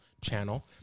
channel